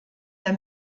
der